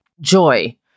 joy